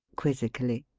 quizzically.